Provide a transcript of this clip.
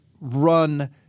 run